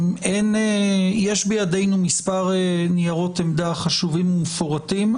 יש בידינו מספר ניירות עמדה חשובים ומפורטים,